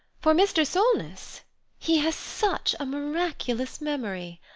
for mr. solness he has such a miraculous memory.